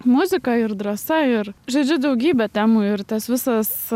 muzika ir drąsa ir žodžiu daugybė temų ir tas visas